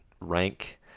rank